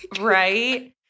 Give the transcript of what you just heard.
Right